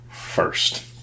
first